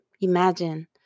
Imagine